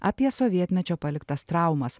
apie sovietmečio paliktas traumas